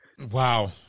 Wow